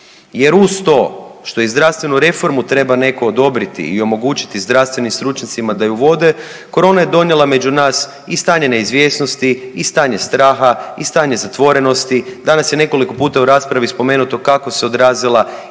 jer uz to što i zdravstvenu reformu treba netko odobriti i omogućiti zdravstvenim stručnjacima da ju vode, korona je donijela među nas i stanje neizvjesnosti i stanje straha i stanje zatvorenosti. Danas je nekoliko puta u raspravi spomenuto kako se odrazila